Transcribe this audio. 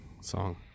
song